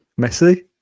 Messi